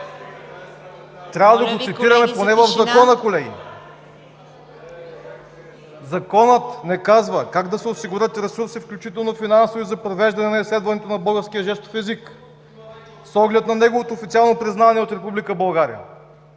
Трябва да го цитираме поне в Закона, колеги! Законът не казва как да се осигурят ресурси, включително финансови, за провеждане изследването на българския жестов език с оглед на неговото официално признаване от